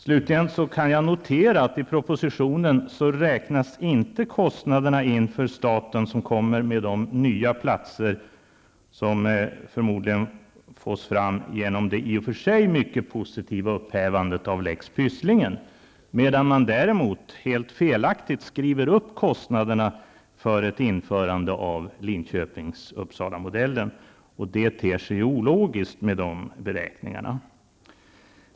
Slutligen kan jag notera att i propositionen räknas inte in kostnaderna för staten som kommer med de nya platser som förmodligen fås fram genom det i och för sig mycket positiva upphävandet av lex Pysslingen, medan man däremot helt felaktigt skriver upp kostnaderna för ett införande av Linköpings-Uppsalamodellen, och det ter sig ologiskt med de beräkningarna.